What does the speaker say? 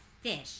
fish